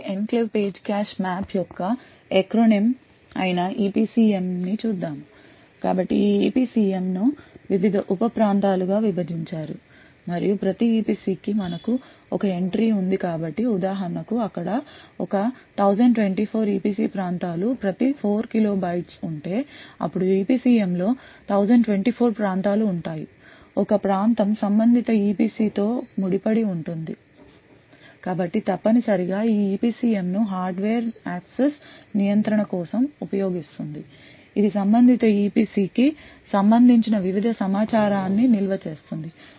కాబట్టి enclave page cache map యొక్క acronym అయిన EPCM ని చూద్దాం కాబట్టి ఈ EPCM ను వివిధ ఉప ప్రాంతాలుగా విభజించారు మరియు ప్రతి EPC కి మనకు ఒక ఎంట్రీ ఉంది కాబట్టి ఉదాహరణకు అక్కడ ఒక 1024 EPC ప్రాంతాలు ప్రతి 4 Kilobytes ఉంటే అప్పుడు EPCM లో 1024 ప్రాంతాలు ఉంటాయి ఒక ప్రాంతం సంబంధిత EPC తో ముడిపడి ఉంటుంది కాబట్టి తప్పనిసరిగా ఈ EPCM ను హార్డ్వేర్ యాక్సెస్ నియంత్రణ కోసం ఉపయోగిస్తుంది ఇది సంబంధిత EPC కి సంబంధించిన వివిధ సమాచారాన్ని నిల్వ చేస్తుంది